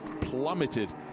plummeted